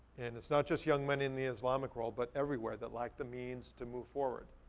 and it's not just young men in the islamic world but everywhere that lack the means to move forward.